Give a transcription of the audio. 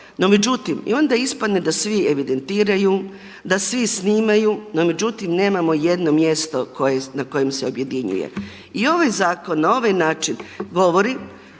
i onda ispadne da svi evidentiraju, da svi snimaju, no međutim nemamo jedno mjesto na kojem se objedinjuje. I ovaj zakon na ovaj način govori: